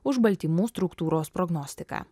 už baltymų struktūros prognostiką